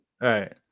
Right